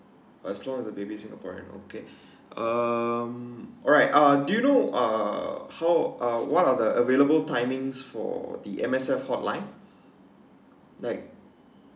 as long the baby singaporean okay um alright uh do you know uh how uh what are the available timings for the M_S_F hotlinelike